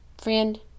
Friend